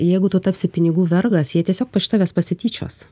jeigu tu tapsi pinigų vergas jie tiesiog iš tavęs pasityčios